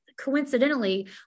coincidentally